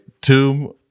tomb